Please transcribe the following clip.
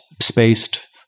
spaced